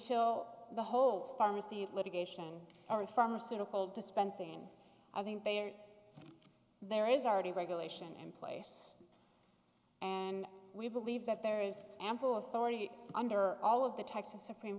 show the whole pharmacy of litigation or pharmaceutical dispensing i think they are there is already regulation in place and we believe that there is ample authority under all of the texas supreme